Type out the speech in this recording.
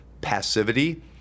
passivity